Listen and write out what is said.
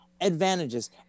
Advantages